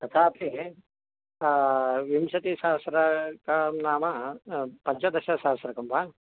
तथापि विंशतिसहस्र नाम् पञ्चदशसहस्रकं वा